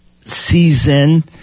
season